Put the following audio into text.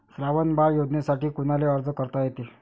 श्रावण बाळ योजनेसाठी कुनाले अर्ज करता येते?